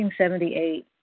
1978